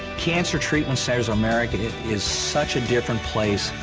cancer treatment centers of america. it is such a different place,